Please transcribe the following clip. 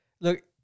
Look